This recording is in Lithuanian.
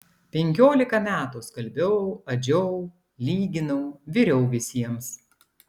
penkiolika metų skalbiau adžiau lyginau viriau visiems